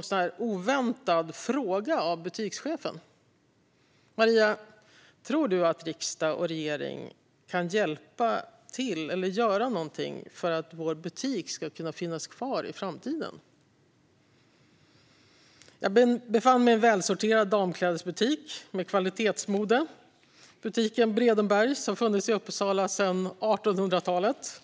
lite oväntad fråga av butikschefen: "Maria, tror du att riksdag och regering kan göra någonting för att vår butik ska kunna finnas kvar i framtiden?" Jag befann mig i en välsorterad damklädesbutik med kvalitetsmode; butiken Bredenberg har funnits i Uppsala sedan 1800-talet.